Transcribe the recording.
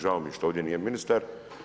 Žao mi je što ovdje nije ministar.